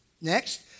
Next